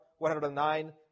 109